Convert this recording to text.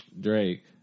Drake